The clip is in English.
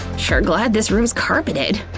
sure glad this room's carpeted.